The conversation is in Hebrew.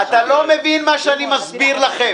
אתה לא מבין מה שאני מסביר לכם.